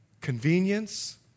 convenience